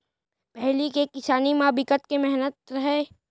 पहिली के किसानी म बिकट के मेहनत रहय